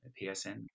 PSN